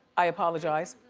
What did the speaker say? i apologize.